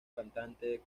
cantante